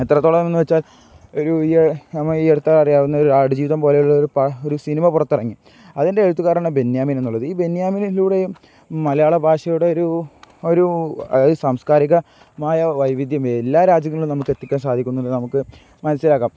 എത്രത്തോളം എന്നു വച്ചാൽ ഒരു ഈ ഈ അടുത്ത അറിയാവുന്ന ഒരു ആടുജീവിതം പോലെയുള്ള ഒരു ഒരു സിനിമ പുറത്തിറങ്ങി അതിൻ്റെ എഴുത്തുകാരനാണ് ബെന്യാമിൻ എന്നുള്ളത് ഈ ബെന്യാമിനിലൂടെ മലയാള ഭാഷയുടെ ഒരു ഒരു അതായത് സാംസ്കാരികമായ വൈവിധ്യം എല്ലാ രാജ്യങ്ങളിലും നമുക്ക് എത്തിക്കാൻ സാധിക്കുന്നുണ്ട് നമുക്ക് മനസ്സിലാക്കാം